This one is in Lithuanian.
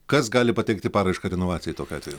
kas gali pateikti paraišką renovacijai tokiu atveju